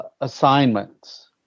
assignments